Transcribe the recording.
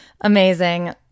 Amazing